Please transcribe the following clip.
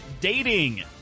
dating